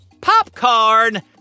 popcorn